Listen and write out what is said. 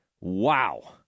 Wow